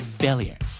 failure